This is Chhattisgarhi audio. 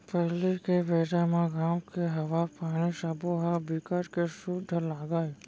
पहिली के बेरा म गाँव के हवा, पानी सबो ह बिकट के सुद्ध लागय